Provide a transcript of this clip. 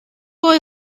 boy